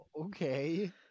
Okay